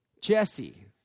Jesse